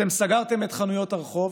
אתם סגרתם את חנויות הרחוב